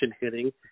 hitting